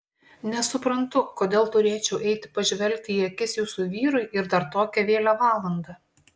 nesuprantu kodėl turėčiau eiti pažvelgti į akis jūsų vyrui ir dar tokią vėlią valandą